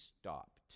stopped